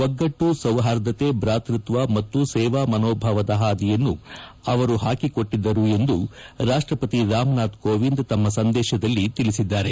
ಒಗ್ಗಟ್ಟು ಸೌಹಾರ್ದತೆ ಭಾತೃತ್ವ ಮತ್ತು ಸೇವಾ ಮನೋಭಾವದ ಹಾದಿಯನ್ನು ಅವರು ಹಾಕಿಕೊಟ್ಟದ್ದರು ಎಂದು ರಾಷ್ಟಪತಿ ರಾಮ್ನಾಥ್ ಕೋವಿಂದ್ ತಮ್ಮ ಸಂದೇಶದಲ್ಲಿ ತಿಳಿಸಿದ್ದಾರೆ